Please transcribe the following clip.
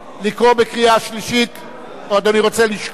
לקרוא בקריאה שלישית או אדוני רוצה לשקול?